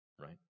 right